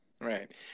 Right